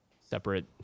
separate